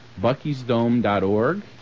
buckysdome.org